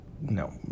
no